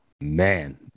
man